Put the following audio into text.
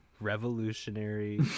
revolutionary